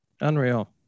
Unreal